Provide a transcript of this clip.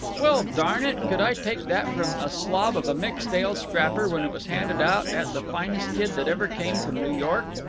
well, darn it, could i take that from a slob of a mixed-ale scrapper when it was handed out at the finest kid that ever came from new york?